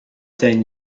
ten